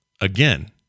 again